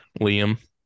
Liam